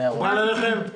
מקובל עליכם?